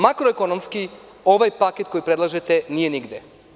Makroekonomski ovaj paket koji predlažete nije nigde.